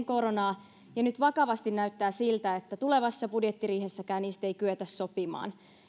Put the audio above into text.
koronaa ja nyt vakavasti näyttää siltä että tulevassa budjettiriihessäkään niistä ei kyetä sopimaan